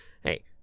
hey